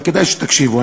וכדאי שתקשיבו.